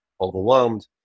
overwhelmed